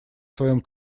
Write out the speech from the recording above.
своем